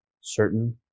certain